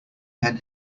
ten